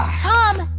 tom,